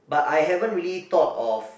but I haven't really thought of